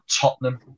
Tottenham